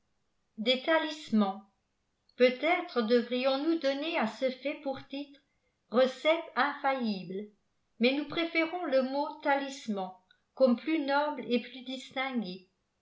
des talismans peut-être devrions nous donner à ce fait pour titre recettes infaillibles mais nous préférons le mot talisman comme plus noble et plus distingué